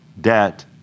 debt